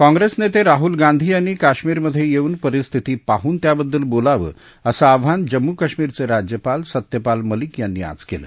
काँग्रेस नेते राहुल गांधी यांनी कश्मीर मधे येऊन परिस्थिती पाहून त्याबद्दल बोलावं असं आव्हान जम्मू कश्मीरचे राज्यपाल सत्यपाल मलिक यांनी आज केलं